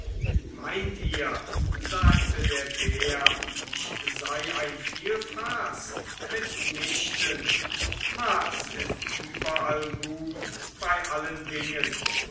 meint ihr sagte der bär ich sei ein vielfraß mitnichten maß ist überall gut bei allen dingen